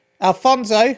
Alfonso